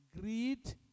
greed